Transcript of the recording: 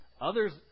Others